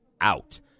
out